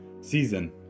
season